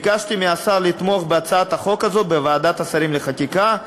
ביקשתי מהשר לתמוך בהצעת החוק הזאת בוועדת השרים לחקיקה.